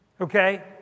Okay